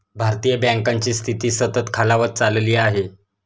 भारतीय बँकांची स्थिती सतत खालावत चालली आहे